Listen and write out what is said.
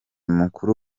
mukuru